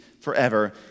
forever